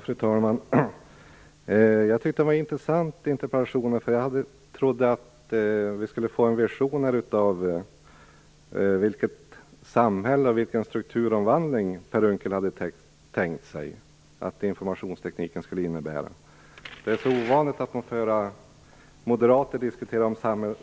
Fru talman! Jag tyckte att det var en intressant interpellation, och jag hade trott att vi skulle få del av visioner om vilket samhälle och vilken strukturomvandling som Per Unckel har tänkt sig att informationstekniken skulle innebära. Det är ovanligt att höra moderater diskutera